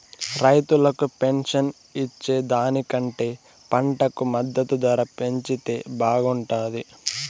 రైతులకు పెన్షన్ ఇచ్చే దానికంటే పంటకు మద్దతు ధర పెంచితే బాగుంటాది